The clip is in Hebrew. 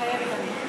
מתחייבת אני